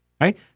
right